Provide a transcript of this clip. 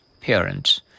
parents